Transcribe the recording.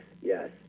Yes